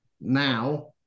now